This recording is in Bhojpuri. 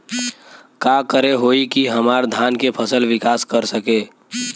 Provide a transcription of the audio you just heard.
का करे होई की हमार धान के फसल विकास कर सके?